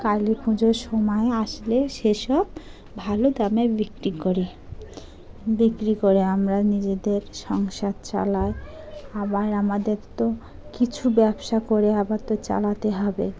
কালী পুজোর সময় আসলে সেসব ভালো দামে বিক্রি করি বিক্রি করে আমরা নিজেদের সংসার চালাই আবার আমাদের তো কিছু ব্যবসা করে আবার তো চালাতে হবে